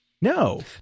No